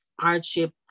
hardship